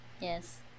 Yes